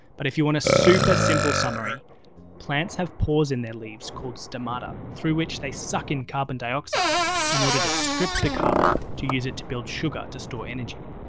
but if you want a super simple summary plants have pores in their leaves called stomata, through which they suck in carbon dioxide in order to strip the carbon and use it to build sugar to store energy.